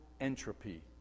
entropy